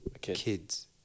kids